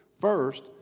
First